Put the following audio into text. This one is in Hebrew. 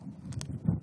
שפק, בבקשה.